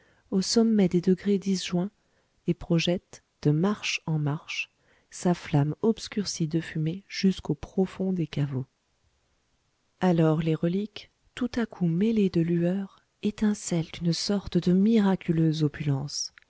au sommet des degrés disjoints et projette de marche en marche sa flamme obscurcie de fumée jusqu'au profond des caveaux alors les reliques tout à coup mêlées de lueurs étincellent d'une sorte de miraculeuse opulence